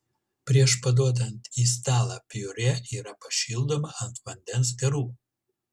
prieš paduodant į stalą piurė yra pašildoma ant vandens garų